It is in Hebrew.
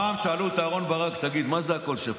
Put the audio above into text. פעם שאלו את אהרן ברק: תגיד, מה זה "הכול שפיט"?